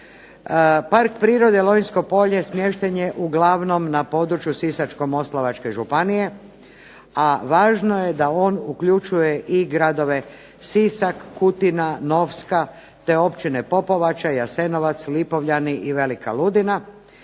Park prirode Lonjsko polje smješten je uglavnom na području Sisačko-moslavačke županije, a važno je da on uključuje i gradove Sisak, Kutina, Novska, te općina Popovača, Jasenovac, Lipovljani i Velika Ludina,